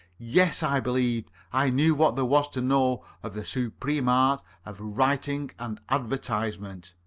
yes, i believed i knew what there was to know of the supreme art of writing an advertisement.